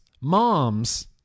moms